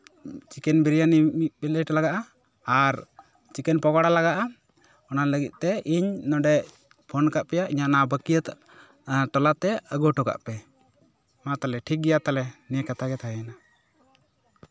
chicken biryani ᱢᱤᱫ plate ᱞᱟᱜᱟᱜᱼᱟ ᱟᱨ ᱪᱤᱠᱮᱱ ᱯᱚᱠᱳᱲᱟ ᱞᱟᱜᱟᱜᱼᱟ ᱚᱱᱟ ᱞᱟᱹᱜᱤᱫ ᱛᱮ ᱤᱧ ᱱᱚᱰᱮ ᱯᱷᱳᱱ ᱠᱟᱜ ᱯᱮᱭᱟ ᱤᱧ ᱱᱚᱰᱮ ᱵᱟᱹᱠᱤᱭᱟᱹ ᱴᱚᱞᱟ ᱛᱮ ᱟᱹᱜᱩ ᱦᱚᱴᱚ ᱠᱟᱜ ᱯᱮ ᱢᱟ ᱛᱟᱦᱞᱮ ᱴᱷᱤᱠ ᱜᱮᱭᱟ ᱛᱟᱦᱞᱮ ᱱᱤᱭᱟᱹ ᱠᱟᱛᱷᱟᱜᱮ ᱛᱟᱦᱮᱸᱭᱮᱱᱟ